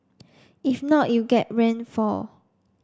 if not you get rainfall